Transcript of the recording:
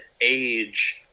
age